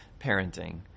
parenting